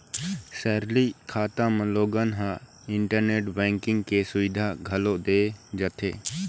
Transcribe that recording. salary खाता म लोगन ल इंटरनेट बेंकिंग के सुबिधा घलोक दे जाथे